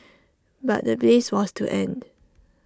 but the bliss was to end